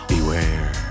Beware